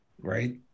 right